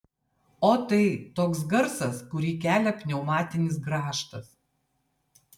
o tai toks garsas kurį kelia pneumatinis grąžtas